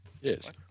Yes